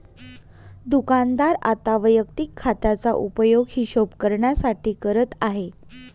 दुकानदार आता वैयक्तिक खात्याचा उपयोग हिशोब करण्यासाठी करत आहे